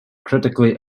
critically